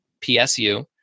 PSU